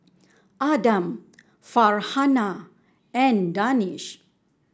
Adam Farhanah and Danish